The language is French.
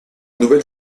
nouvelle